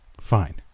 Fine